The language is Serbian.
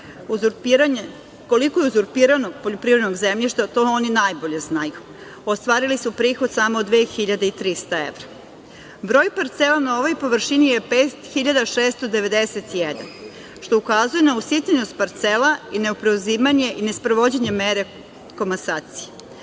Koliko je uzurpiranog poljoprivrednog zemljišta to oni najbolje znaju. Ostvarili su prihod samo 2.300 evra. Broj parcela na ovoj površini je 5.691, što ukazuje na usitnjenost parcela i ne preuzimanje i ne sprovođenje mere komasacije.